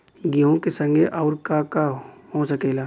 गेहूँ के संगे आऊर का का हो सकेला?